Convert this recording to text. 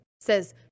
says